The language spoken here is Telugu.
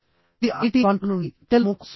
ఇది IIT కాన్పూర్ నుండి NPTEL MOOC కోర్సు